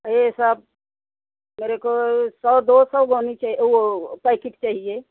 ये सब मेरे को सौ दो सौ गोनी चाहिए वो पैकेट चाहिए